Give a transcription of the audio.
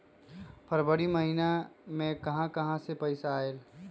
फरवरी महिना मे कहा कहा से पैसा आएल?